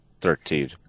Thirteen